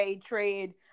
trade